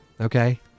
Okay